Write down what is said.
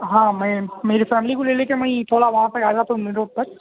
ہاں میں میری فیملی کو لے لے کے میں تھوڑا وہاں پہ آئے گا تو میرے اوپر